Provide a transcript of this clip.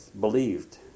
believed